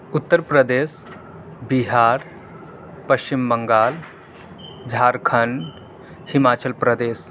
Uttar Pradesh Bihar Paschim Bengal Jharkhand Himachal Pradesh